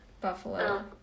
Buffalo